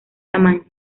tamaño